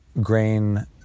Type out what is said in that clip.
grain